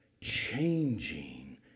Changing